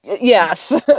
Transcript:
Yes